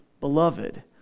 beloved